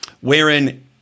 wherein